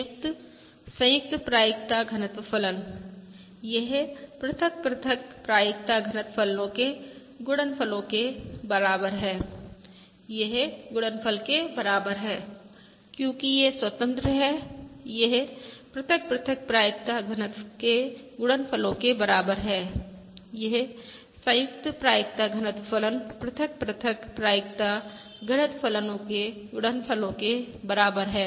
संयुक्त संयुक्त प्रायिकता घनत्व फलन यह पृथक पृथक प्रायिकता घनत्व फलनो के गुणनफलो के बराबर है यह गुणनफल के बराबर है क्योंकि ये स्वतंत्र हैं यह पृथक पृथक प्रायिकता घनत्व के गुणनफलो के बराबर है यह संयुक्त प्रायिकता घनत्व फलन पृथक पृथक प्रायिकता घनत्व फलनो के गुणनफलो के बराबर है